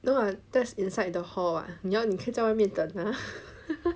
no [what] that's inside the hall [what] 你要你可以在外面等 mah